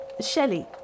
Shelley